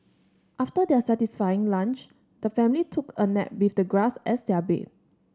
after their satisfying lunch the family took a nap with the grass as their bed